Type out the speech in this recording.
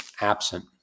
absent